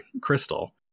Crystal